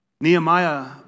Nehemiah